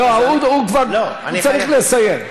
לא, הוא כבר צריך לסיים.